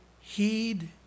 Heed